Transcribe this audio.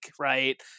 right